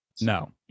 No